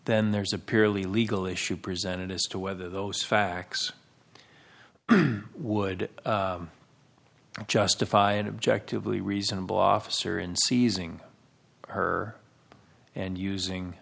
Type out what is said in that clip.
then there's a purely legal issue presented as to whether those facts would justify an objective a reasonable officer in seizing her and using